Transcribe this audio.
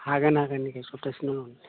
हागोन हागोन इखो सप्तासे उनावनो